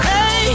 Hey